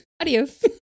adios